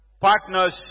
partners